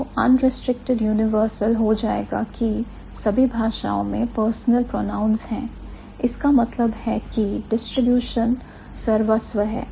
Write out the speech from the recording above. तो unrestricted universal हो जाएगा कि सभी भाषाओं में personal pronouns हैं इसका मतलब है की डिस्ट्रीब्यूशन सर्वस्व है